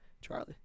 Charlie